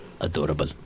Adorable